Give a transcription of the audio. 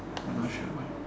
ya but not sure why